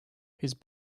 his